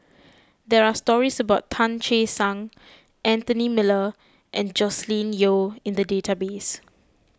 there are stories about Tan Che Sang Anthony Miller and Joscelin Yeo in the database